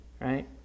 right